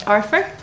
Arthur